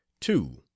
two